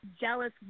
jealous